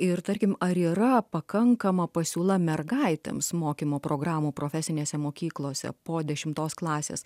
ir tarkim ar yra pakankama pasiūla mergaitėms mokymo programų profesinėse mokyklose po dešimtos klasės